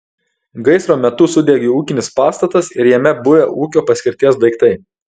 gaisro metu sudegė ūkinis pastatas ir jame buvę ūkio paskirties daiktai